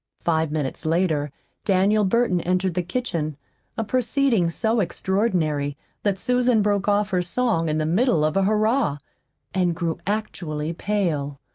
five minutes later daniel burton entered the kitchen a proceeding so extraordinary that susan broke off her song in the middle of a hurrah and grew actually pale.